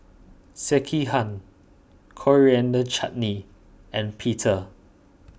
Sekihan Coriander Chutney and Pita